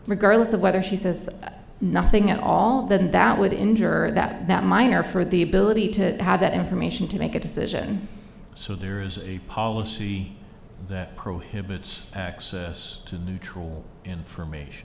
regardless of whether she says nothing at all then that would ensure that that minor for the ability to have that information to make a decision so there is a policy that prohibits access to neutral information